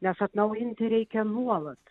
nes atnaujinti reikia nuolat